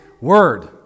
Word